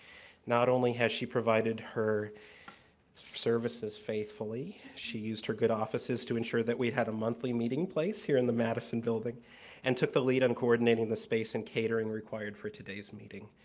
not only has she provided her services faithfully, she used her good offices to insure that we had a monthly meeting place here in the madison building and took the lead on coordinating the space and catering required for today's meeting.